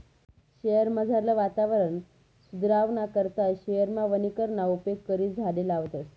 शयेरमझारलं वातावरण सुदरावाना करता शयेरमा वनीकरणना उपेग करी झाडें लावतस